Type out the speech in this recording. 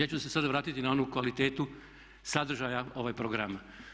Ja ću se sada vratiti na onu kvalitetu sadržaja, ovaj program.